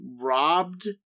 robbed